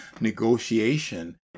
negotiation